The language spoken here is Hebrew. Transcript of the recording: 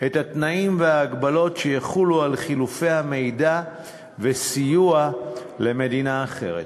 את התנאים וההגבלות שיחולו על חילופי המידע וסיוע למדינה אחרת,